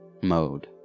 mode